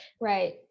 Right